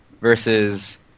versus